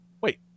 Wait